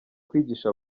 kwigisha